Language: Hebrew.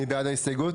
מי בעד ההסתייגות?